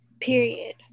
Period